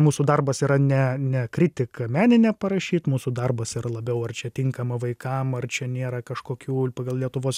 mūsų darbas yra ne ne kritiką meninę parašyt mūsų darbas yra labiau ar čia tinkama vaikam ar čia nėra kažkokių pagal lietuvos